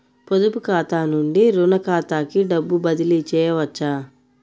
పొదుపు ఖాతా నుండీ, రుణ ఖాతాకి డబ్బు బదిలీ చేయవచ్చా?